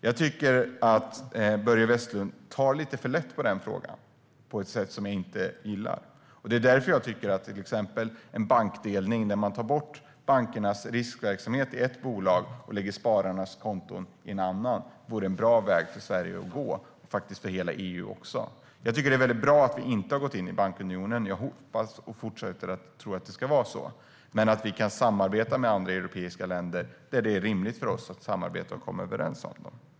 Jag tycker att Börje Vestlund tar lite för lätt på den frågan på ett sätt som jag inte gillar, och det är därför jag tycker att till exempel en bankdelning, där man lägger bankernas riskverksamhet i ett bolag och spararnas konton i ett annat, vore en bra väg för Sverige och hela EU att gå. Jag tycker att det är väldigt bra att vi inte har gått in i bankunionen och hoppas och tror att det ska fortsätta att vara så. Däremot ska vi samarbeta med andra europeiska länder där det är rimligt för oss att samarbeta och komma överens.